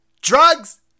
drugs